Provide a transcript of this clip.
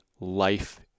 life